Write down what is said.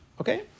Okay